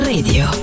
Radio